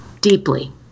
Deeply